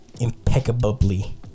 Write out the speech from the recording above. impeccably